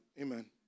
Amen